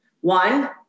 One